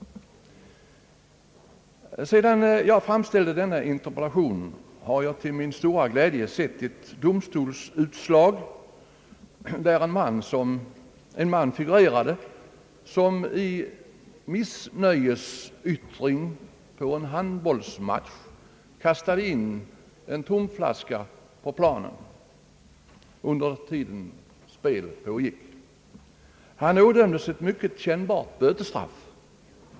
Sedan jag framställde interpellationen har jag till min stora glädje sett ett domstolsutslag, där en man figurerade som i missnöjesyttring vid en handbollsmatch kastade in en tomflaska på planen under tiden spelet pågick. Han ådömdes ett mycket kännbart bötesstraff.